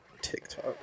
TikTok